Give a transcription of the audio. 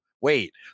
wait